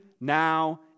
now